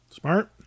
Smart